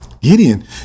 Gideon